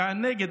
דעה נגד,